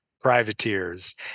privateers